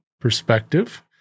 perspective